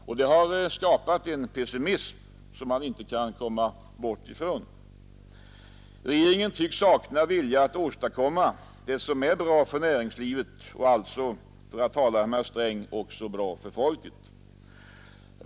Detta har skapat en pessimism som man inte kan bortse från. Regeringen tycks sakna vilja att åstadkomma det som är bra för näringslivet och — för att tala med herr Sträng — också bra för folket.